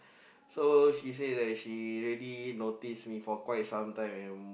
so he say like he already notice me for quite some time and